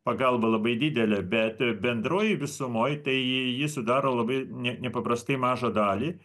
pagalba labai didelė bet bendroj visumoj tai ji sudaro labai nepaprastai mažą dalį